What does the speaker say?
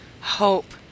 hope